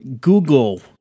Google